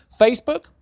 Facebook